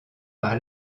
par